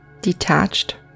detached